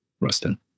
Rustin